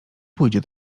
pójdzie